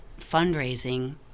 fundraising